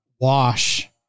wash